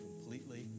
Completely